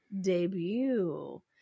debut